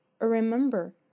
remember